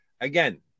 Again